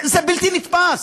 זה בלתי נתפס.